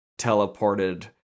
teleported